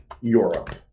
Europe